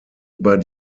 über